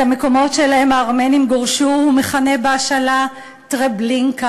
את המקומות שאליהם הארמנים גורשו הוא מכנה בהשאלה "טרבלינקה",